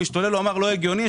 הוא אמר שלא הגיוני,